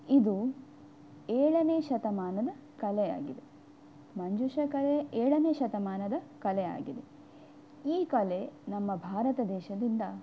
ಇದು ಏಳನೇ ಶತಮಾನದ ಕಲೆಯಾಗಿದೆ ಮಂಜೂಷ ಕಲೆ ಏಳನೇ ಶತಮಾನದ ಕಲೆಯಾಗಿದೆ ಈ ಕಲೆ ನಮ್ಮ ಭಾರತ ದೇಶದಿಂದ